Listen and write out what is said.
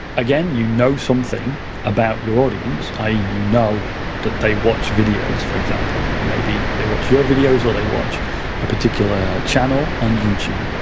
again, you know something about your audience, you know that they watch videos, for example, and maybe they watch your videos, or they watch a particular channel on youtube.